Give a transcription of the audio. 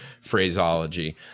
phraseology